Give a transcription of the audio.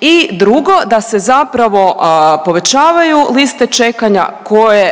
I drugo, da se zapravo povećavaju liste čekanja koje